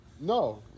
No